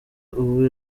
ubu